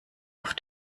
auf